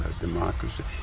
democracy